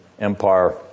Empire